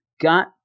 got